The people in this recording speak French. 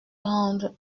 rendre